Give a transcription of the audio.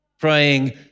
praying